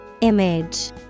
Image